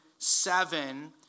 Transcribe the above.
seven